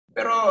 Pero